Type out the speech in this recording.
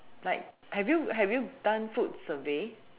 like have you have you done food survey